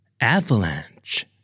Avalanche